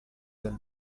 del